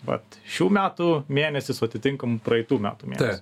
vat šių metų mėnesį su atitinkamu praeitų metų tmėnesiu